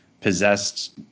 possessed